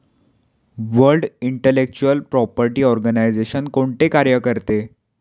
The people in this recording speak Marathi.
वर्ल्ड इंटेलेक्चुअल प्रॉपर्टी आर्गनाइजेशन कोणते कार्य करते?